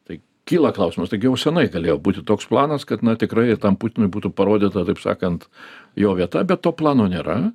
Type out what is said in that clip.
tai kyla klausimas taigi jau senai galėjo būti toks planas kad na tikrai ir tam putinui būtų parodyta taip sakant jo vieta bet to plano nėra